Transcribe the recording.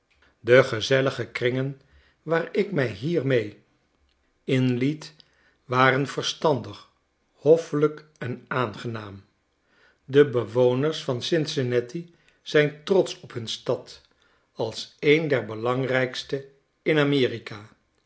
de gezellige kringen waar ik mij hier mee inliet waren verstandig hoffelijk en aangenaam de bewoners van cincinnati zijn trotsch op hun stad als een der belangrijkste in